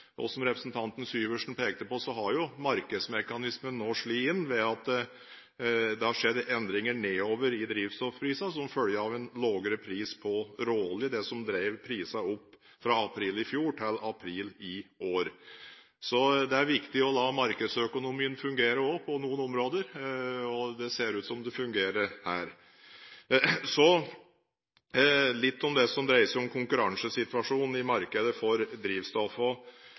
selv. Som representanten Syversen pekte på, har jo markedsmekanismen nå slått inn ved at det har skjedd endringer nedover i drivstoffprisene, som følge av en lavere pris på råolje – det som drev prisene opp fra april i fjor til april i år. Det er viktig å la markedsøkonomien fungere også på noen områder, og det ser ut som det fungerer her. Så litt om det som dreier seg om konkurransesituasjonen i markedet for drivstoff.